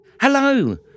Hello